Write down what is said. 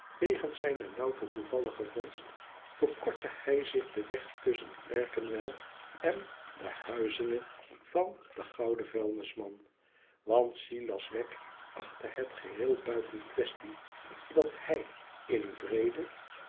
wegens zijne louter toevallige vondst verkortte hij zich den weg tusschen clerkenwell en de huizinge van den gouden vuilnisman want silas wegg achtte het geheel buiten quaestie dat hij in vrede